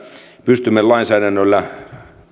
pystymme lainsäädännöllä